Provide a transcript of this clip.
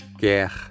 quer